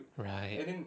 right